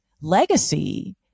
legacy